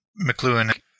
McLuhan